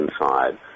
inside